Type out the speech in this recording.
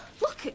Look